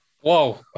Whoa